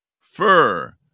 fur